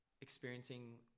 experiencing